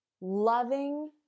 loving